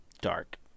dark